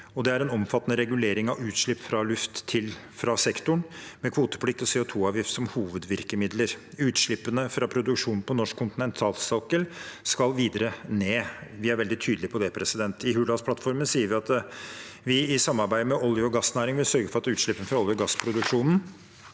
Det er også en omfattende regulering av utslipp til luft fra sektoren, med kvotepliktig CO2-avgift som hovedvirkemiddel. Utslippene fra produksjonen på norsk kontinentalsokkel skal videre ned, og vi er veldig tydelige på det. I Hurdalsplattformen sier vi at vi i samarbeid med olje- og gassnæringen vil «sørge for at utslippene fra olje- og gassproduksjonen